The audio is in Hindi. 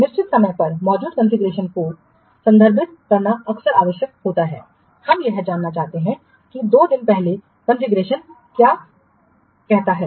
निश्चित समय पर मौजूद कॉन्फ़िगरेशन को संदर्भित करना अक्सर आवश्यक होता है हम यह जानना चाहते हैं कि दो दिन पहले कॉन्फ़िगरेशन क्या कहता है